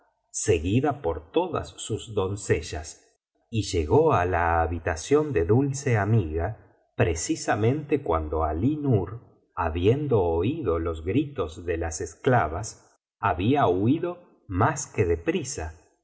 seguida por todas sus doncellas y llegó á la habitación de dulce amiga precisamente cuando alí nur habiendo oído los gritos de las esclavas había huido más que de prisa